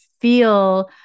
feel